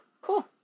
cool